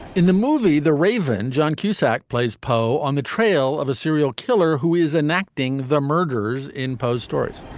in the movie the raven john cusack plays poe on the trail of a serial killer who is enacting the murders in poe's stories